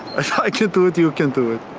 i can do it, you can do it.